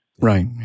Right